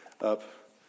up